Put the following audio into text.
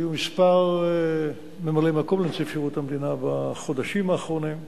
היו כמה ממלאי-מקום לנציב שירות המדינה בחודשים האחרונים.